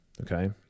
Okay